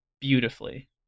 beautifully